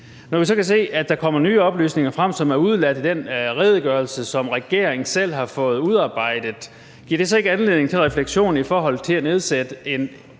Når man så kan se, at der kommer nye oplysninger frem, som er udeladt i den redegørelse, som regeringen selv har fået udarbejdet, giver det så ikke anledning til refleksion i forhold til at nedsætte en